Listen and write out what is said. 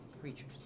creatures